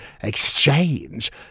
exchange